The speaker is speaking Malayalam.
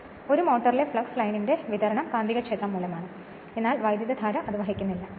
അതിനാൽ ഒരു മോട്ടോറിലെ ഫ്ളക്സ് ലൈനിന്റെ വിതരണം കാന്തികക്ഷേത്രം മൂലമാണ് എന്നാൽ വൈദ്യുതധാര വഹിക്കുന്നില്ല